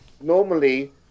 normally